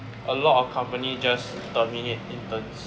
a lot of company just terminate interns